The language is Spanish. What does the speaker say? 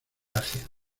haciendo